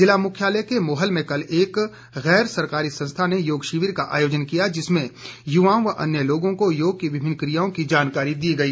ज़िला मुख्यालय के मोहल में कल एक गैर सरकारी संस्था ने योग शिविर का आयोजन किया जिसमें युवाओं व अन्य लोगों को योग की विभिन्न क्रियाओं की जानकारी दी गई